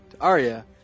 Arya